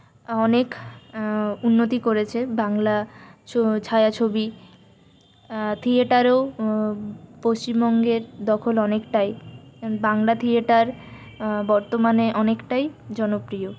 অনেক উন্নতি করেছে বাংলা ছায়াছবি থিয়েটারেও পশ্চিমবঙ্গের দখল অনেকটাই বাংলা থিয়েটার বর্তমানে অনেকটাই জনপ্রিয়